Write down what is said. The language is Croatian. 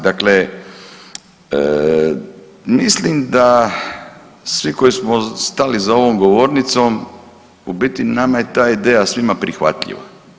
Dakle, mislim da svi koji smo stali za ovom govornicom u biti nama je ta ideja svima prihvatljiva.